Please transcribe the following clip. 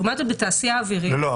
לעומת זאת בתעשייה האווירית --- לא,